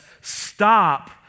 stop